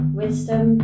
wisdom